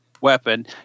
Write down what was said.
weapon